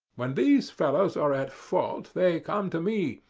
when these fellows are at fault they come to me,